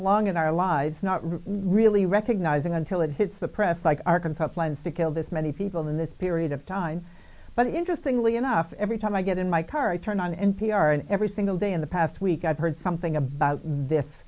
along in our lives not really recognizing until it hits the press like arkansas plans to kill this many people in this period of time but interestingly enough every time i get in my car i turn on n p r and every single day in the past week i've heard something about this